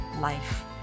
life